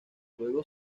luego